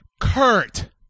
Kurt